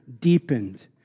deepened